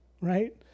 right